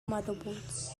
motherboards